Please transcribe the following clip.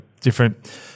different